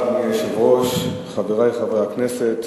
אדוני היושב-ראש, תודה רבה, חברי חברי הכנסת,